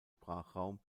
sprachraum